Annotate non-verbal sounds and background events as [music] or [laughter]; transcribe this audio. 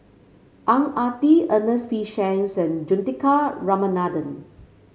Ang Ah Tee Ernest P [unintelligible] Juthika Ramanathan